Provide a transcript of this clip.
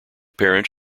parents